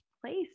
place